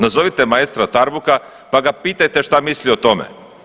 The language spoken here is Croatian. Nazovite maestra Tarbuka pa ga pitajte šta misli o tome.